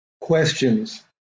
questions